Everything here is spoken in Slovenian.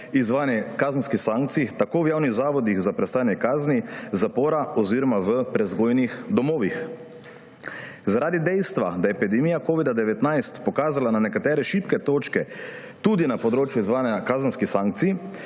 izvajanje kazenskih sankcij v javnih zavodih za prestajanje kazni zapora oziroma v prevzgojnih domovih. Zaradi dejstva, da je epidemija covida-19 pokazala na nekatere šibke točke tudi na področju izvajanja kazenskih sankcij